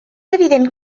evident